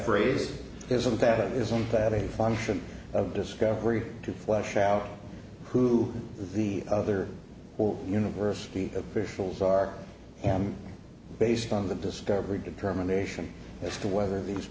that isn't that a function of discovery to flesh out who the other university officials are i am based on the discovery determination as to whether these